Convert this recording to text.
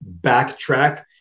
backtrack